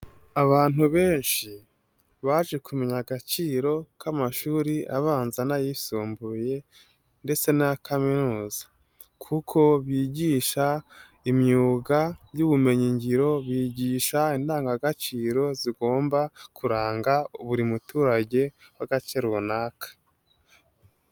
Abantu benshi baje kumenya agaciro k'amashuri abanza n'ayisumbuye ndetse na kaminuza kuko bigisha imyuga y'ubumenyingiro, bigisha indangagaciro zigomba kuranga buri muturage w'agace runaka.